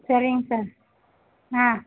சரிங் சார் ஆ